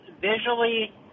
visually